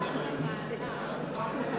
56 בעד, 42 מתנגדים.